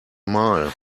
mile